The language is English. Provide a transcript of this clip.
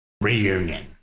reunion